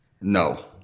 No